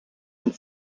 and